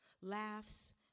laughs